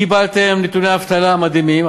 קיבלתם נתוני אבטלה מדהימים,